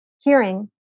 hearing